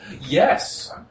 Yes